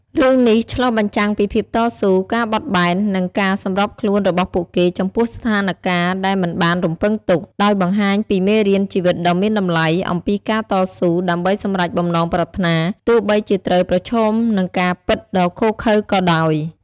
រឿងនេះឆ្លុះបញ្ចាំងពីភាពតស៊ូ ការបត់បែន និងការសម្របខ្លួនរបស់ពួកគេចំពោះស្ថានការណ៍ដែលមិនបានរំពឹងទុក ដោយបង្ហាញពីមេរៀនជីវិតដ៏មានតម្លៃអំពីការតស៊ូដើម្បីសម្រេចបំណងប្រាថ្នា ទោះបីជាត្រូវប្រឈមនឹងការពិតដ៏ឃោរឃៅក៏ដោយ។